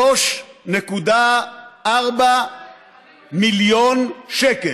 3.4 מיליון שקל.